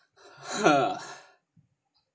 !huh!